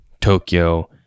Tokyo